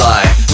Life